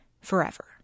forever